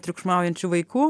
triukšmaujančių vaikų